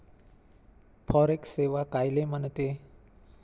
Forex सेवा कायले म्हनते?